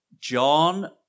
John